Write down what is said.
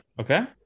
Okay